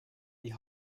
die